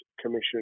Commission